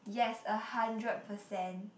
yes a hundred percent